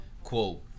quote